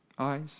Eyes